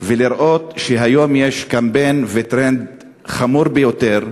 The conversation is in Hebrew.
ולראות שהיום יש קמפיין וטרנד חמור ביותר,